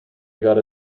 got